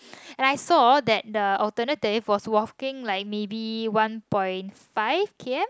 and I saw that the alternative was walking like maybe one point five K_M